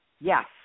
Yes